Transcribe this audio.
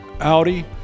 Audi